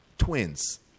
Twins